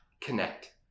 Connect